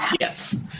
Yes